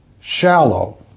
shallow